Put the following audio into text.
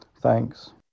Thanks